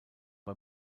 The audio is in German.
bei